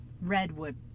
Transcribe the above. redwood